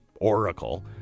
Oracle